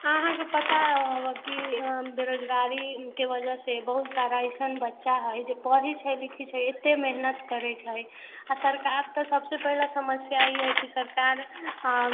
अहाँके पता होयत कि बेरोजगारी के वजहसे बहुतसारा ऐसन बच्चा है जे पढ़े छै लिखै छै अत्ते मेहनत करै छै आ त सरकारके सबसे पहिले समस्या ई है कि सरकार आँ